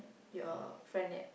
your friend yet